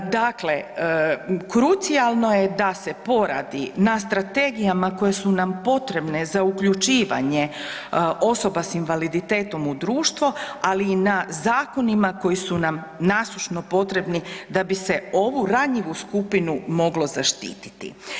Dakle, krucijalno je da se poradi na strategijama koje su nam potrebne za uključivanje osoba s invaliditetom u društvo, ali i na zakonima koji su nam nasušno potrebni da bi se ovu ranjivu skupinu moglo zaštititi.